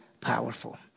powerful